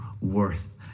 worth